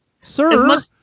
Sir